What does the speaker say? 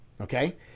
okay